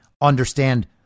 understand